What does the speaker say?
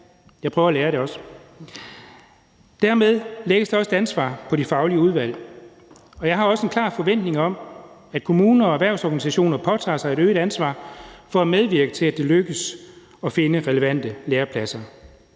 jeg prøver også at lære det – og dermed lægges der også et ansvar på de faglige udvalg. Jeg har også en klar forventning om, at kommuner og erhvervsorganisationer påtager sig et øget ansvar for at medvirke til, at det lykkes at finde relevante lærepladser.